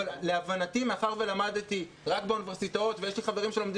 מאחר שלמדתי רק באוניברסיטאות ויש לי חברים שלומדים